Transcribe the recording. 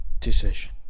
decision